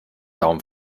daumen